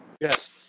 Yes